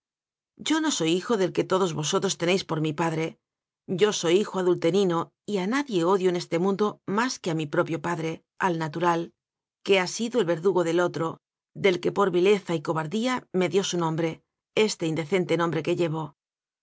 yo no soy hijo del que todosvosotrostenéis pormi padrejyo soy hijo adulterino y a nadie odio en este mundo más que a mi propio padre al natural que ha sido el verdugo del otro del que por vileza y cobardía me dió su nom bre este indecente nombre que llevo